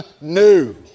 new